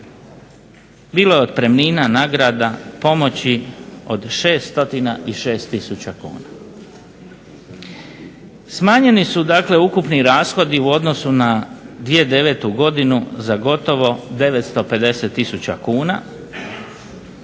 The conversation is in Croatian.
Bilo je otpremnina, nagrada, pomoći od 606 tisuća kuna. Smanjeni su dakle ukupni rashodi u odnosu na 2009. godinu za gotovo 950 tisuća